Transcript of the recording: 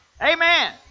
Amen